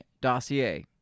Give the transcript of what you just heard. dossier